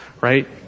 right